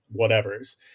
whatevers